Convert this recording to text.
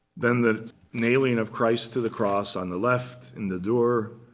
then the nailing of christ to the cross on the left in the durer,